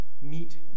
meet